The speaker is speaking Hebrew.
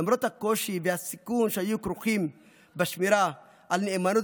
למרות הקושי והסיכון שהיו כרוכים בשמירה על נאמנות